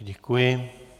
Děkuji.